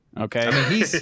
okay